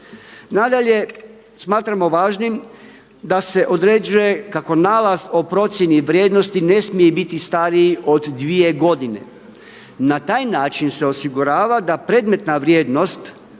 Nadalje smatramo važnim da se određuje kako nalaz o procjeni vrijednosti ne smije biti stariji od dvije godine. Na taj način se osigurava da predmetna vrijednost